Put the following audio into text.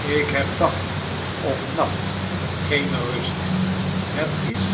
toe ikheb dag of r acht geene rust het is